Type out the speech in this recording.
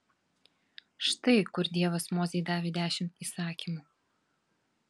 štai kur dievas mozei davė dešimt įsakymų